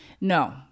No